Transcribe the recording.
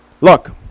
Look